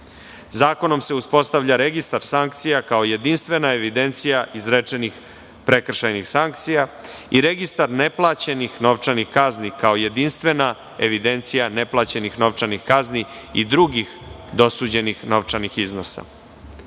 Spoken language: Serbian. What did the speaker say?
Zakonom se uspostavlja registar sankcija kao jedinstvena evidencija izrečenih prekršajnih sankcija i registar neplaćenih novčanih kazni kao jedinstvena evidencija neplaćenih novčanih kazni i drugih dosuđenih novčanih